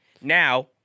now